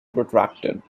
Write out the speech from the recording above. protracted